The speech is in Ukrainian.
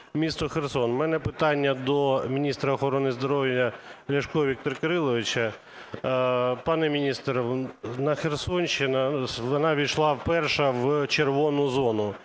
міністра охорони здоров'я Ляшка Віктора Кириловича. Пане міністр, Херсонщина, вона увійшла перша в червону зону.